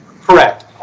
Correct